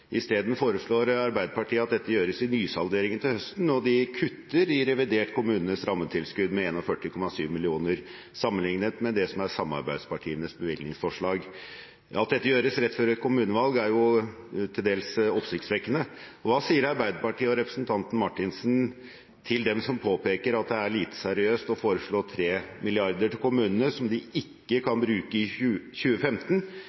Isteden foreslår Arbeiderpartiet at dette gjøres i nysalderingen til høsten, og de kutter i revidert kommunenes rammetilskudd med 41,7 mill. kr sammenlignet med det som er samarbeidspartienes bevilgningsforslag. At dette gjøres rett før et kommunevalg, er til dels oppsiktsvekkende. Hva sier Arbeiderpartiet og representanten Marthinsen til dem som påpeker at det er lite seriøst å foreslå 3 mrd. kr til kommunene som de ikke kan bruke i 2015